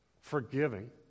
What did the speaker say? forgiving